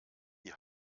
die